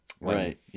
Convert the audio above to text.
right